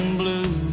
blue